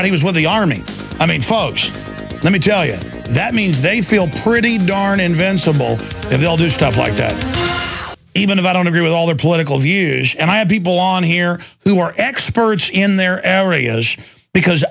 out he was with the army i mean folks let me tell you that means they feel pretty darn invincible that will do stuff like that even if i don't agree with all their political views and i have people on here who are experts in their areas because